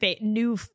new